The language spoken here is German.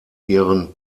ihren